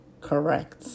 Correct